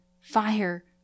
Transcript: fire